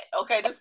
Okay